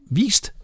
vist